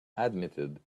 admitted